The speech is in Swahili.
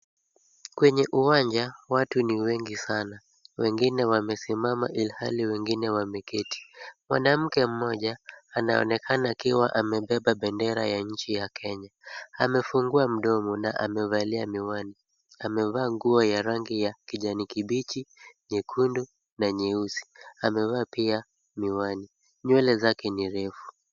Kwenye uwanja watu ni wengi sana, wengine wamesimama ilhali wengine wameketi. Mwanamke mmoja, anaonekana akiwa amebeba bendera ya nchi ya Kenya. Amefungua mdomo na amevalia miwani. Amevaa nguo ya rangi ya kijani kibichi nyekundu na nyeusi. Amevaa pia miwani; nywele zake ni refu.